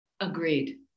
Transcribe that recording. Agreed